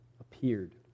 appeared